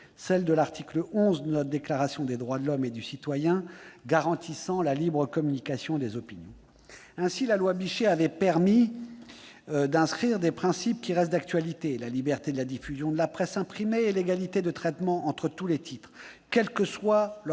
posée à l'article XI de la Déclaration des droits de l'homme et du citoyen, qui garantit la libre communication des opinions. Ainsi, la loi Bichet avait permis d'assurer des principes qui restent d'actualité : la liberté de la diffusion de la presse imprimée et l'égalité de traitement entre tous les titres, quel que soit leur poids